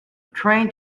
train